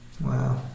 Wow